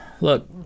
Look